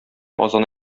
азан